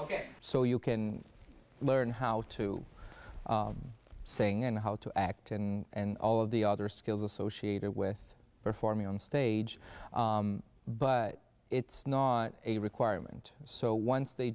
ok so you can learn how to sing and how to act and all of the other skills associated with performing on stage but it's not a requirement so once they